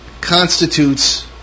constitutes